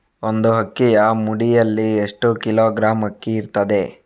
ಒಂದು ಅಕ್ಕಿಯ ಮುಡಿಯಲ್ಲಿ ಎಷ್ಟು ಕಿಲೋಗ್ರಾಂ ಅಕ್ಕಿ ಇರ್ತದೆ?